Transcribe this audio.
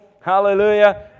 Hallelujah